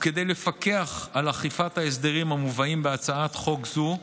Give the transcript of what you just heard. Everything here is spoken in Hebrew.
וכדי לפקח על אכיפת ההסדרים המובאים בהצעת חוק זו,